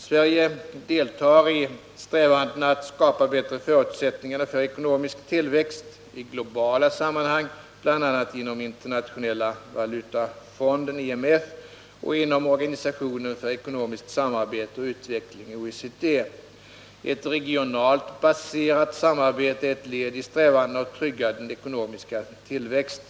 Sverige deltar i strävandena att skapa bättre förutsättningar för ekonomisk tillväxt, i globala sammanhang bl.a. inom Internationella valutafonden och inom Organisationen för ekonomiskt samarbete och utveckling . Ett regionalt baserat samarbete är ett led i strävandena att trygga den ekonomiska tillväxten.